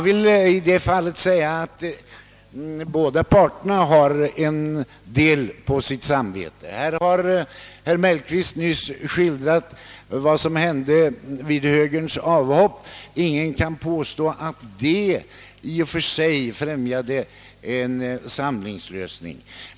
Båda parter har härvidlag en hel del på sitt samvete. Herr Mellqvist har nyss skildrat vad som hände vid högerns avhopp. Ingen kan påstå att detta i och för sig främjade en samlingsröstning.